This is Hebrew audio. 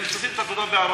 הם צריכים את התעודה בערבית.